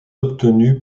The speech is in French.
obtenus